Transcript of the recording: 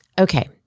Okay